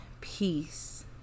Peace